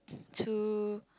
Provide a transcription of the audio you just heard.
too